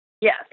Yes